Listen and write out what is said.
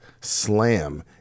Slam